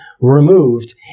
removed